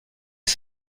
est